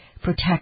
protect